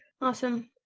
Awesome